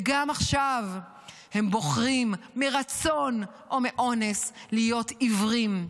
וגם עכשיו הם בוחרים מרצון או מאונס להיות עיוורים.